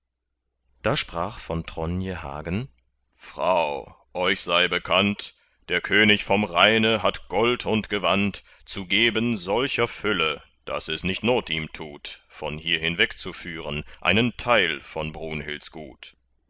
da sprach von tronje hagen frau euch sei bekannt der könig vom rheine hat gold und gewand zu geben solcher fülle daß es nicht not ihm tut von hier hinweg zu führen einen teil von brunhilds gut